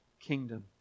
kingdom